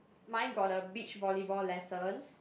mine got the beach volleyball lessons